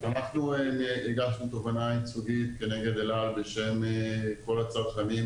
אנחנו הגשנו תובענה ייצוגית כנגד אל-על בשם כל הצרכנים